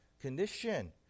condition